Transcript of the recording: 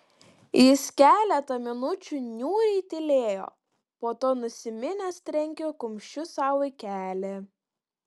jis keletą minučių niūriai tylėjo po to nusiminęs trenkė kumščiu sau į kelį